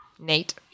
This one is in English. Nate